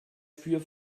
für